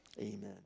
amen